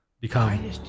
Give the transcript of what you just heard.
become